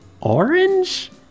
Orange